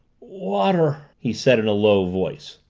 water! he said in a low voice.